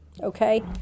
okay